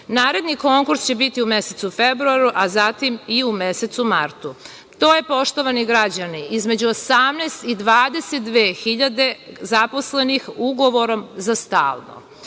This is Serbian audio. Naredni konkurs će biti u mesecu februaru, a zatim i u mesecu martu. To je, poštovani građani, između 18.000 i 22.000 zaposlenih ugovorom za